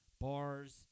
bars